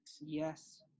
yes